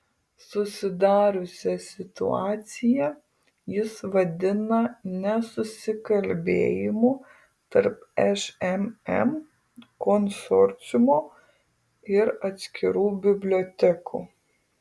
susidariusią situaciją jis vadina nesusikalbėjimu tarp šmm konsorciumo ir atskirų bibliotekų